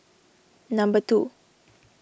number two